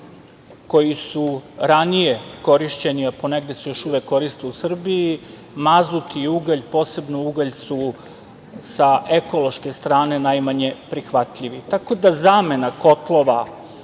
koji su ranije korišćeni, a ponegde se još uvek koriste u Srbiji, mazut i ugalj, posebno ugalj, su sa ekološke strane najmanje prihvatljivi. Tako da zamena kotlova